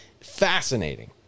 Fascinating